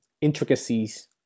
intricacies